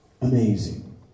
amazing